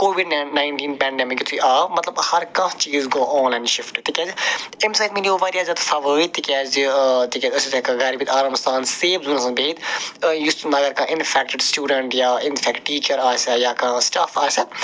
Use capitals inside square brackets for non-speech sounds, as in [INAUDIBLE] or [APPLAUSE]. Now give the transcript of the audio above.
covid [UNINTELLIGIBLE] nineteen pandemic یُتھُے آو مطلب ہر کانٛہہ چیٖز گوٚو آن لایِن شِفٹ تِکیٛازِ اَمہِ سۭتۍ مِلیو واریاہ زیادٕ فوٲیِد تِکیٛازِ تِکیٛازِ أسۍ ٲسۍ ہٮ۪کان گَرِ بِہِتھ آرام سان سیف زونَس منٛز بِہِتھ یُس مگر کانٛہہ اِنٛفٮ۪کٹِڈ سٕٹوٗڈٮ۪نٛٹ یا اِنفٮ۪کٹ ٹیٖچَر آسیٛا یا کانٛہہ سِٹاف آسیٛا